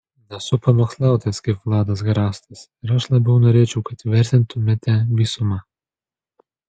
nesu pamokslautojas kaip vladas garastas ir aš labiau norėčiau kad vertintumėte visumą